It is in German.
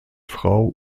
frau